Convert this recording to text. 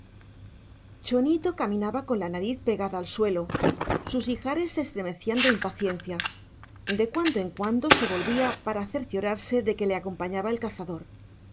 chonito caminaba con la nariz pegada al suelo sus ijares se estremecían de impaciencia de cuando en cuando se volvía para cerciorarse de que le acompañaba el cazador